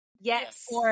Yes